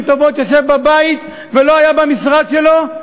טובות יושב בבית ולא היה במשרד שלו?